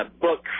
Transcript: book